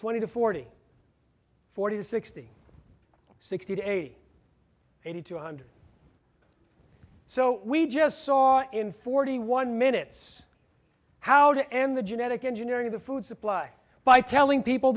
twenty to forty forty sixty sixty to eighty eighty two hundred so we just saw in forty one minutes how to end the genetic engineering of the food supply by telling people